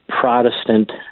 Protestant